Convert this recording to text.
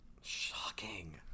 Shocking